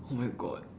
oh my god